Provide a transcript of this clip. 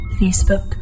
Facebook